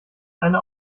einer